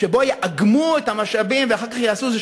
שבו יאגמו את המשאבים ואחר כך יעשו איזה